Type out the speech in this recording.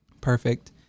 perfect